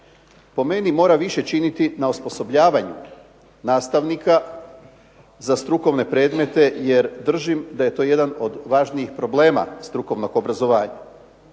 po meni mora više činiti na osposobljavanju nastavnika za strukovne predmete, jer držim da je to jedan od važnijih problema strukovnog obrazovanja.